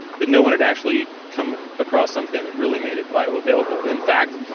but no one had actually come across something that really made it bioavailable. in fact,